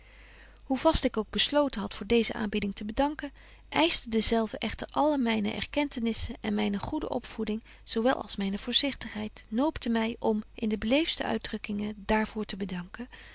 hoe vast ik ook besloten had voor deeze aanbieding te bedanken eischte dezelve echter alle myne erkentenisse en myne goede opvoeding zo wel als myne voorzichtigheid noopten my om in de beleeftste uitdrukkingen daar voor te bedanken